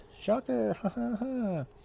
Shocker